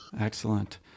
Excellent